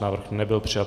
Návrh nebyl přijat.